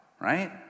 right